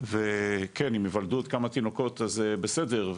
וכן אם יוולדו עוד כמה תינוקות אז בסדר,